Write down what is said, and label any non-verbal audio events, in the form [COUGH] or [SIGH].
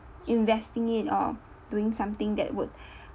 investing it or doing something that would [BREATH]